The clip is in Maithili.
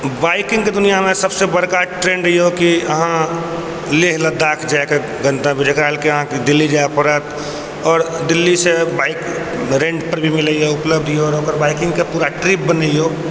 बाइकिंगके दुनिआँमे सबसँ बड़का ट्रेण्ड यऽ कि अहाँ लेह लद्धाख जायके गन्तव्य जेकरा लए कि अहाँ दिल्ली जाय पड़त आओर दिल्लीसँ बाय ट्रेनपर भी मिलै यऽ उपलब्ध यऽ ओकर बाइकिंगके पूरा ट्रिप बनैए